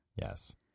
Yes